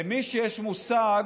למי שיש מושג,